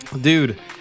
Dude